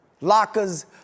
Lockers